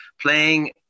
playing